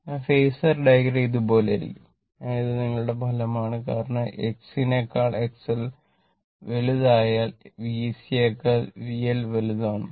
അതിനാൽ phasor diagram ഇതുപോലെയായിരിക്കും അതിനാൽ ഇത് നിങ്ങളുടെ ഫലമാണ് കാരണം XC നേക്കാൾ XL വലുത് അയാൾ VC യെക്കാൾ VL വലുതാണ്